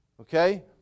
Okay